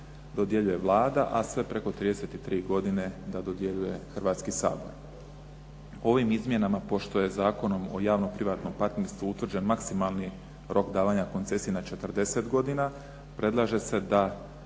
dodjeljuje Vlada a sve preko 33 godine da dodjeljuje Hrvatski sabor. Ovim izmjenama pošto je Zakonom o javnom privatnom partnerstvu utvrđen maksimalni rok davanja koncesije na 40 godina predlaže se da